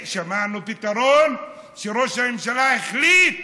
שמענו פתרון, שראש הממשלה החליט